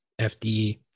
FD